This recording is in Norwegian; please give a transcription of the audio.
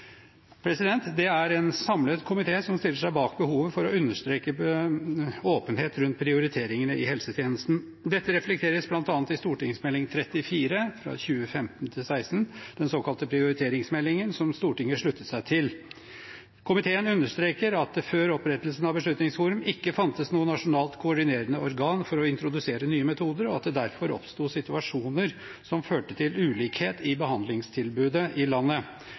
Det er en samlet komité som stiller seg bak å understreke behovet for åpenhet rundt prioriteringene i helsetjenesten. Dette reflekteres bl.a. i Meld. St. 34 for 2015–2016, den såkalte prioriteringsmeldingen, som Stortinget sluttet seg til. Komiteen understreker at det før opprettelsen av Beslutningsforum ikke fantes noe nasjonalt koordinerende organ for å introdusere nye metoder, og at det derfor oppsto situasjoner som førte til ulikhet i behandlingstilbud i landet.